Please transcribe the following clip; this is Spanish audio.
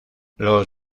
los